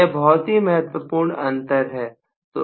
यह बहुत ही महत्वपूर्ण अंतर है